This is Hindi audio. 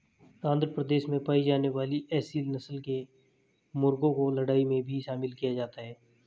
आंध्र प्रदेश में पाई जाने वाली एसील नस्ल के मुर्गों को लड़ाई में भी शामिल किया जाता है